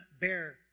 bear